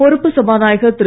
பொறுப்பு சபாநாயகர் திரு